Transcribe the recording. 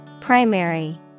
Primary